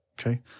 okay